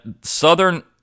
Southern